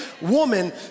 woman